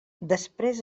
després